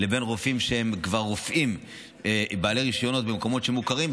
לבין רופאים שהם כבר בעלי רישיונות ממקומות מוכרים,